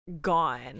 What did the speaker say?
gone